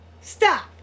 Stop